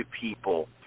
people